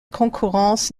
concurrence